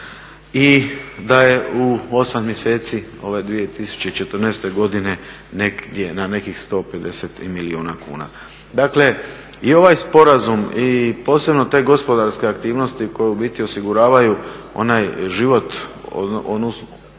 i da je 8 mjeseci ove 2014.godine negdje na neki 150 milijuna kuna. Dakle i ovaj sporazum i posebno te gospodarske aktivnosti koje u biti osiguravaju onaj život, onaj